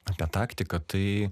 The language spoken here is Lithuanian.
apie taktiką tai